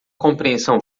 compreensão